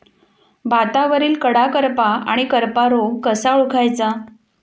भातावरील कडा करपा आणि करपा रोग कसा ओळखायचा?